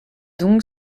dong